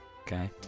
okay